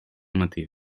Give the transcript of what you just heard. matí